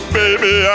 baby